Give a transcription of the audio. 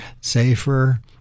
safer